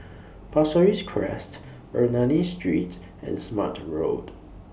Pasir Ris Crest Ernani Street and Smart Road